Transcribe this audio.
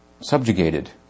subjugated